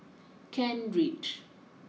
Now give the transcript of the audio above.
Kent Ridge